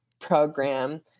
program